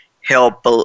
help